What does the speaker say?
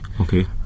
okay